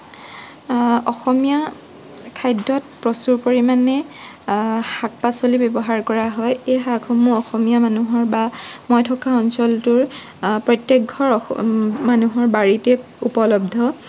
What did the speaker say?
অসমীয়া খাদ্যত প্ৰচুৰ পৰিমাণে শাক পাচলি ব্যৱহাৰ কৰা হয় এই শাকসমূহ অসমীয়া মানুহৰ বা মই থকা অঞ্চলটোৰ প্ৰত্যেকঘৰ মানুহৰ বাৰীতে উপলব্ধ